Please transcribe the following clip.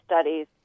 studies